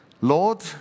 Lord